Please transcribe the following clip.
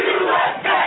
USA